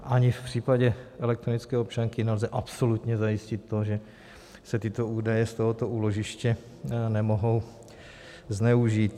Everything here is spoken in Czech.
Takže ani v případě elektronické občanky nelze absolutně zajistit to, že se tyto údaje z tohoto úložiště nemohou zneužít.